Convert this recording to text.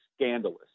scandalous